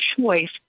choice